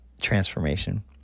transformation